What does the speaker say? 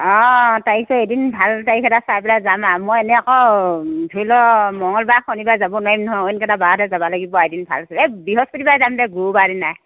অ তাৰিখটো এদিন ভাল তাৰিখ এটা চাই পেলাই যাম আৰু মই এনে আকৌ ধৰি ল' মংগলবাৰ শনিবাৰে যাব নোৱাৰিম নহয় অইনকেইটা বাৰতে যাব লাগিব এদিন ভাল চাই এই বৃহস্পতিবাৰে যাম দে গুৰুবাৰ দিনাই